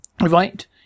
Right